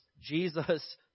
Jesus